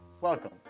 Welcome